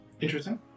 Interesting